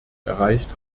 erreicht